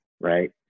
right